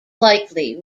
likely